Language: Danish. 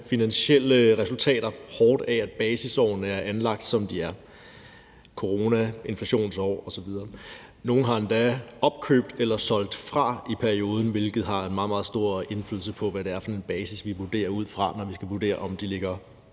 finansielle resultater hårdt af, at basisårene er anlagt, som de er: corona, inflationsår osv. Nogle har endda opkøbt eller solgt fra i perioden, hvilket har en meget, meget stor indflydelse på, hvad det er for en basis, vi vurderer ud fra. Når vi skal vurdere, om de ligger